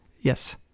Yes